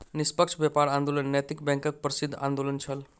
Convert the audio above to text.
निष्पक्ष व्यापार आंदोलन नैतिक बैंकक प्रसिद्ध आंदोलन छल